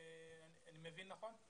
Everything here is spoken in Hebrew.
אני מבין נכון?